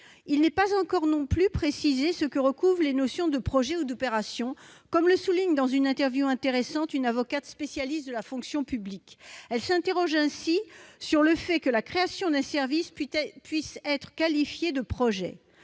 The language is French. pu prétendre. Pour l'heure, ce que recouvrent les notions de projet ou d'opération n'est pas non plus précisé, comme le souligne dans une interview intéressante une avocate spécialiste de la fonction publique. Elle s'interroge ainsi sur le fait que la création d'un service puisse être qualifiée de « projet